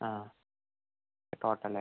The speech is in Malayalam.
ആ ഇപ്പം ടോട്ടല്